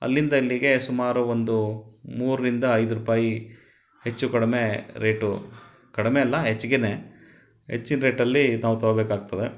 ಅಲ್ಲಿಂದ ಇಲ್ಲಿಗೆ ಸುಮಾರು ಒಂದು ಮೂರರಿಂದ ಐದು ರೂಪಾಯಿ ಹೆಚ್ಚು ಕಡಿಮೆ ರೇಟು ಕಡಿಮೆ ಅಲ್ಲ ಹೆಚ್ಚಿಗೆನೆ ಹೆಚ್ಚಿನ ರೇಟಲ್ಲಿ ನಾವು ತಗೊಳ್ಬೇಕಾಗ್ತದೆ